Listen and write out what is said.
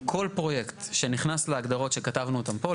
כל פרויקט שנכנס להגדרות שכתבנו אותם פה,